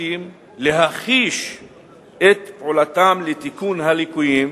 המשפטים להחיש את פעולתם לתיקון הליקויים,